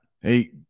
Hey